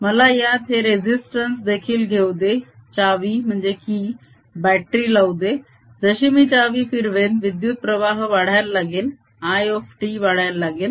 मला यात हे रेसिस्तंस देखील घेऊ दे चावी बटरी लावू दे जशी मी चावी फिरवेन विद्युत प्रवाह वाढायला लागेल I वाढायला लागेल